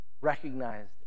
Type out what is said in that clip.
recognized